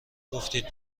گفتید